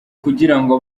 kugirango